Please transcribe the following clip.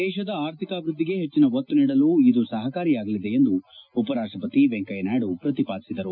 ದೇಶದ ಅರ್ಥಿಕ ಅಭಿವೃದ್ದಿಗೆ ಹೆಚ್ಚಿನ ಒತ್ತು ನೀಡಲು ಇದು ಸಹಕಾರಿಯಾಗಲಿದೆ ಎಂದು ಉಪರಾಷ್ಷಪತಿ ವೆಂಕಯ್ನ ನಾಯ್ನು ಪ್ರತಿಪಾಧಿಸಿದರು